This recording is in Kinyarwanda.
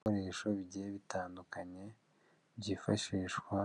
Ibikoresho bigiye bitandukanye byifashishwa